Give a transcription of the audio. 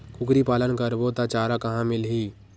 कुकरी पालन करबो त चारा कहां मिलही?